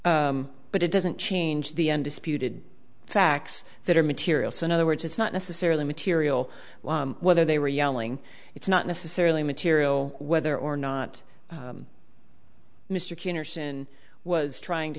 but it doesn't change the undisputed facts that are material so in other words it's not necessarily material whether they were yelling it's not necessarily material whether or not mr quinn or sin was trying to